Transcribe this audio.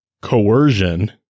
coercion